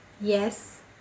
yes